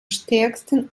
stärksten